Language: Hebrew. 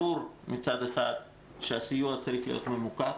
מצד אחד ברור שהסיוע צריך להיות ממוקד.